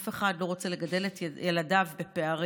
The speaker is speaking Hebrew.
אף אחד לא רוצה לגדל את ילדיו בפערים.